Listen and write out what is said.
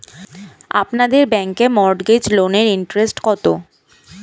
আপনাদের ব্যাংকে মর্টগেজ লোনের ইন্টারেস্ট কত?